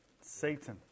Satan